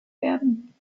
werden